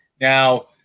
Now